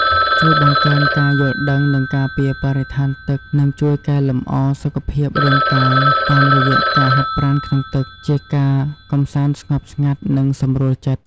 ជួយបង្កើនការយល់ដឹង និងការពារបរិស្ថានទឹកនិងជួយកែលម្អសុខភាពរាងកាយ តាមរយៈការហាត់ប្រាណក្នុងទឹក ជាការកម្សាន្តស្ងប់ស្ងាត់ និងសម្រួលចិត្ត។